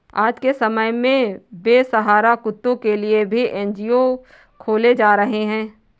आज के समय में बेसहारा कुत्तों के लिए भी एन.जी.ओ खोले जा रहे हैं